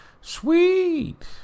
Sweet